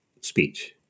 speech